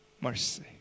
mercy